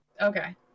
Okay